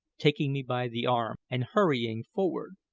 taking me by the arm and hurrying forward.